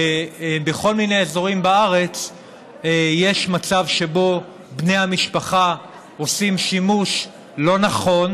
שבכל מיני אזורים בארץ יש מצב שבו בני המשפחה עושים שימוש לא נכון